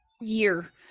year